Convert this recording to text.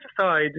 aside